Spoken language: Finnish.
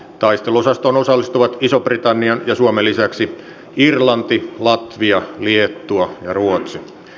taisteluosastoon osallistuvat ison britannian ja suomen lisäksi irlanti latvia liettua ja ruotsi